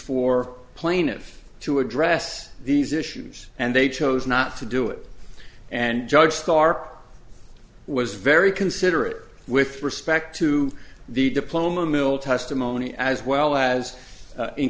for plaintiff to address these issues and they chose not to do it and judge starr was very considerate with respect to the diploma mill testimony as well as